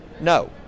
No